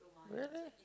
really